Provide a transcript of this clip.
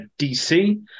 DC